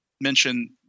mention